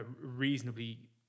reasonably